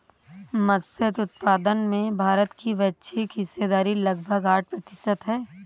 मत्स्य उत्पादन में भारत की वैश्विक हिस्सेदारी लगभग आठ प्रतिशत है